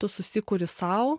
tu susikuri sau